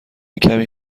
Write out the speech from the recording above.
کمی